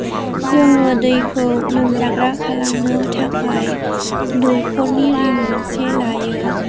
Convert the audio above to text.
जोङो दैखौ लोंजाग्रा खालामनो थाखाय दैख'रनि रिं मोनसे लायो